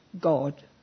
God